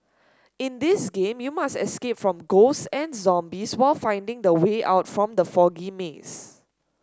in this game you must escape from ghosts and zombies while finding the way out from the foggy maze